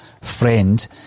friend